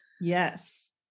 Yes